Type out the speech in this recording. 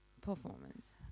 performance